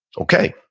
okay,